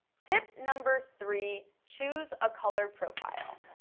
tip number three, choose a color profile.